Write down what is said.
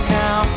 now